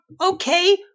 Okay